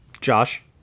Josh